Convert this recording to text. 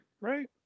right